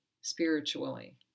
spiritually